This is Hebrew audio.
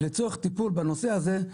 לצורך טיפול בנושא הזה,